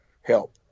help